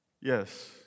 Yes